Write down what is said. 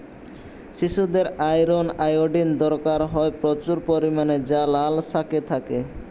শিশুদের iron, iodine দরকার হয় প্রচুর পরিমাণে যা লাল শাকে থাকে